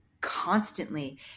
constantly